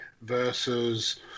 versus